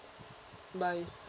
bye